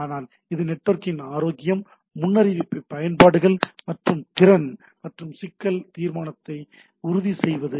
ஆனால் இது நெட்வொர்க்கின் ஆரோக்கியம் முன்னறிவிப்பு பயன்பாடுகள் மற்றும் திறன் மற்றும் சிக்கல் தீர்மானங்களை உறுதி செய்கிறது